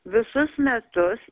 visus metus